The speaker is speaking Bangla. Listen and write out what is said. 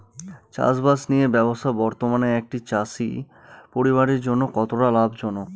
চাষবাষ নিয়ে ব্যবসা বর্তমানে একটি চাষী পরিবারের জন্য কতটা লাভজনক?